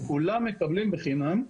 כולם מקבלים בחינם.